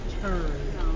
turn